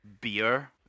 beer